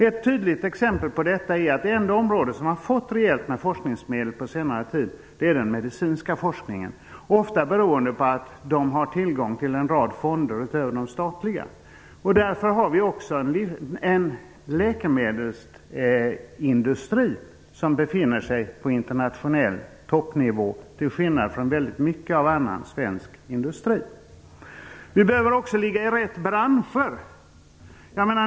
Ett tydligt exempel på detta är att det enda område som har fått rejält med forskningsmedel på senare tid är den medicinska forskningen, ofta beroende på att man där har tillgång till en rad fonder utöver de statliga. Därför har vi också en läkemedelsindustri som befinner sig på internationell toppnivå, detta till skillnad från många andra områden inom svensk industri. Vi behöver också ligga i rätt branscher.